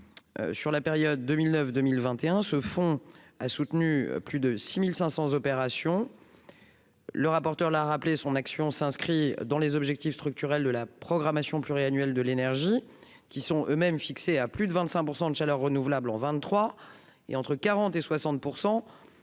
sur la période 2009 2021, ce fonds a soutenu plus de 6500 opération le rapporteur l'a rappelé son action s'inscrit dans les objectifs structurels de la programmation pluriannuelle de l'énergie, qui sont eux-mêmes fixé à plus de 25 % de chaleur renouvelable en vingt-trois et entre 40 et 60